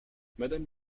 madame